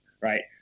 right